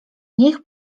niech